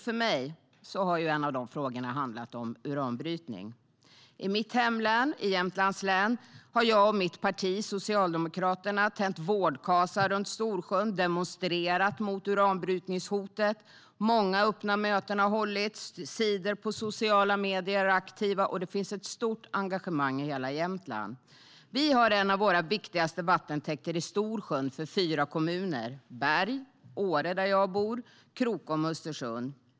För mig har en av de frågorna handlat om uranbrytning. Vi har en av de viktigaste vattentäkterna för fyra kommuner i Storsjön: Berg, Åre, där jag bor, Krokom och Östersund.